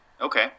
Okay